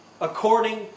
according